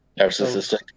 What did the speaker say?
narcissistic